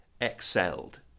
excelled